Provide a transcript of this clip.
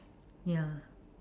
ya